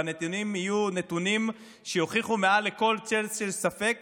והנתונים יהיו נתונים שיוכיחו מעל לכל צל של ספק